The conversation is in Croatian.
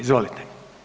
Izvolite.